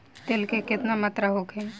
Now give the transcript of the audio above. तेल के केतना मात्रा होखे?